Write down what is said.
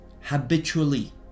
habitually